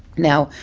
now,